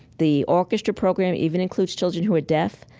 the orchestra program even includes children who are deaf.